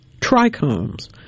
trichomes